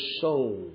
soul